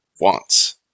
wants